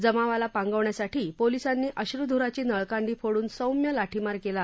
जमावाला पांगवण्यासाठी पोलिसांनी अश्रध्राची नळकांडी फोडून सोम्य लाठीमार केला